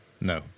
no